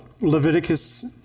Leviticus